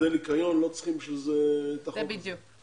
ועובדי ניקיון, לא צריכים בשביל זה את החוק הזה.